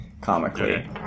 Comically